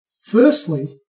Firstly